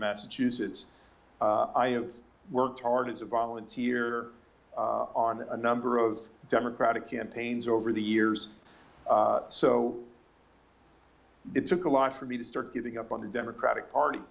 massachusetts i worked hard as a volunteer on a number of democratic campaigns over the years so it took a lot for me to start giving up on the democratic party